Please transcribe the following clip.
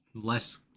less